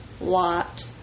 Lot